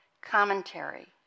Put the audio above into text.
Commentary